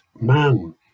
man